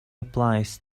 applies